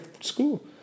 school